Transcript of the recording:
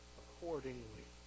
accordingly